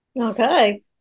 Okay